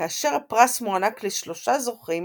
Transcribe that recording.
כאשר הפרס מוענק לשלושה זוכים